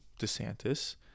DeSantis